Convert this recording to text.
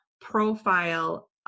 profile